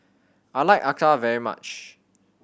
I like acar very much